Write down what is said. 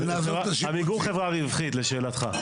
עמיגור חברה רווחית, לשאלתך.